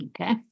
Okay